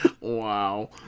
Wow